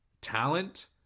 talent